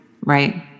Right